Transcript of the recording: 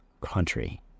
country